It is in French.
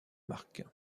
marque